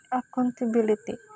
accountability